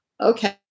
Okay